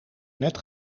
net